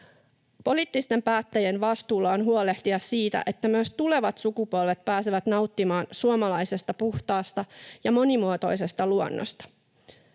Poliittisten päättäjien vastuulla on huolehtia siitä, että myös tulevat sukupolvet pääsevät nauttimaan suomalaisesta puhtaasta ja monimuotoisesta luonnosta.